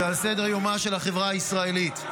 שעל סדר-יומה של החברה הישראלית.